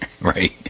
Right